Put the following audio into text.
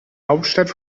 hauptstadt